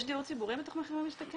יש דיור ציבורי בתוך 'מחיר למשתכן'?